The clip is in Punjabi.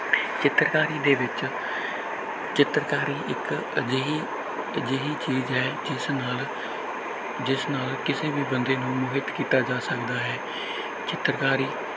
ਚਿੱਤਰਕਾਰੀ ਦੇ ਵਿੱਚ ਚਿੱਤਰਕਾਰੀ ਇੱਕ ਅਜਿਹੀ ਅਜਿਹੀ ਚੀਜ਼ ਹੈ ਜਿਸ ਨਾਲ ਜਿਸ ਨਾਲ ਕਿਸੇ ਵੀ ਬੰਦੇ ਨੂੰ ਮੋਹਿਤ ਕੀਤਾ ਜਾ ਸਕਦਾ ਹੈ ਚਿੱਤਰਕਾਰੀ